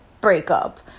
breakup